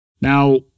Now